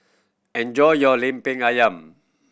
enjoy your Lemper Ayam